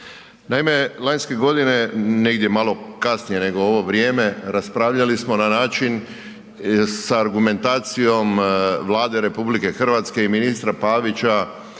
Naime, lanjske godine, negdje malo kasnije nego ovo vrijeme, raspravljali smo na način sa argumentacijom Vlade RH i ministra Pavića